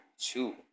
two